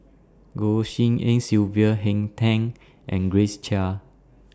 Goh Tshin En Sylvia Henn Tan and Grace Chia